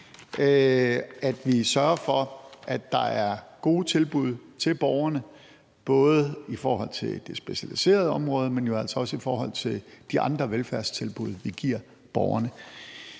at vi sørger for, at der er gode tilbud til borgerne, både i forhold til det specialiserede område, men jo altså også i forhold til de andre velfærdstilbud, vi giver borgerne.